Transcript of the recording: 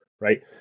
right